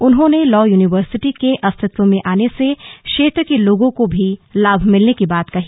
उन्होंने law university के अस्तित्व में आने से क्षेत्र के लोगों को भी लाभ मिलने की बात कही